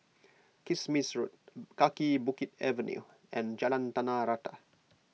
Kismis Road Kaki Bukit Avenue and Jalan Tanah Rata